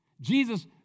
Jesus